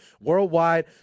worldwide